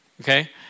Okay